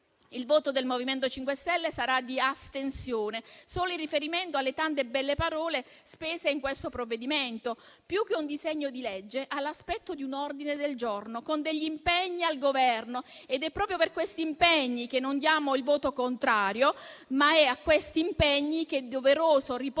Il voto del MoVimento 5 Stelle sarà di astensione solo in riferimento alle tante belle parole spese in questo provvedimento. Più che un disegno di legge, ha l'aspetto di un ordine del giorno con degli impegni al Governo. Ed è proprio per quegli impegni che non diamo il voto contrario, ma è a quegli impegni che è doveroso riportare